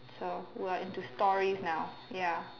so we're into stories now ya